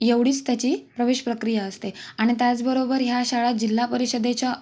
एवढीच त्याची प्रवेशप्रक्रिया असते आणि त्याचबरोबर ह्या शाळा जिल्हा परिषदेच्या